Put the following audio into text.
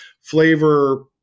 flavor